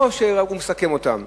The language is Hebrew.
ולא שהוא מסכם אותם,